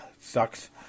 sucks